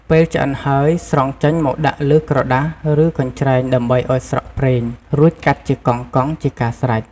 ពេលឆ្អិនហើយ ស្រង់ចេញមកដាក់លើក្រដាស ឬកញ្ច្រែងដើម្បីឱ្យស្រក់ប្រេង រួចកាត់ជាកង់ៗជាការស្រេច។